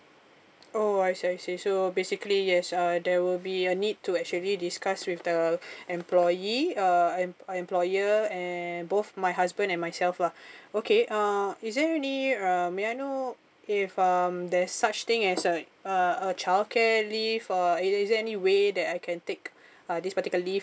oh I see I see so basically yes uh there will be a need to actually discuss with the employee uh em~ employer and both my husband and myself lah okay uh is there any uh may I know if um there's such thing as a uh a childcare leave or is is there any way that I can take uh these particular leave